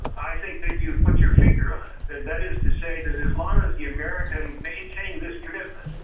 i think that you have put your finger on it, and that is to say that as long as the americans maintain this commitment,